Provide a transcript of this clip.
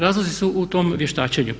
Razlozi su u tom vještačenju.